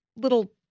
Little